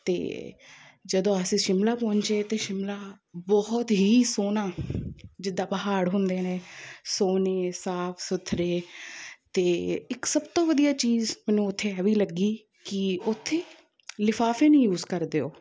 ਅਤੇ ਜਦੋਂ ਅਸੀਂ ਸ਼ਿਮਲਾ ਪਹੁੰਚੇ ਤਾਂ ਸ਼ਿਮਲਾ ਬਹੁਤ ਹੀ ਸੋਹਣਾ ਜਿੱਦਾਂ ਪਹਾੜ ਹੁੰਦੇ ਨੇ ਸੋਹਣੇ ਸਾਫ਼ ਸੁਥਰੇ ਅਤੇ ਇੱਕ ਸਭ ਤੋਂ ਵਧੀਆ ਚੀਜ਼ ਮੈਨੂੰ ਉੱਥੇ ਇਹ ਵੀ ਲੱਗੀ ਕਿ ਉੱਥੇ ਲਿਫ਼ਾਫ਼ੇ ਨਹੀਂ ਯੂਜ ਕਰਦੇ ਉਹ